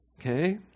Okay